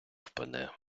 впаде